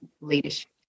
leadership